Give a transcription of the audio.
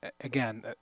again